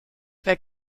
wer